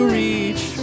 reach